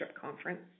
conference